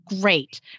great